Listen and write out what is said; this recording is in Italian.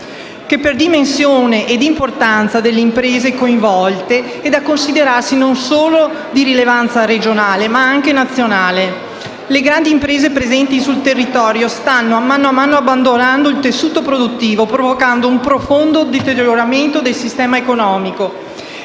che, per dimensione e importanza delle imprese coinvolte, è da considerarsi non solo di rilevanza regionale ma anche nazionale. Le grandi imprese presenti sul territorio stanno mano a mano abbandonando il tessuto produttivo, provocando un profondo deterioramento del sistema economico.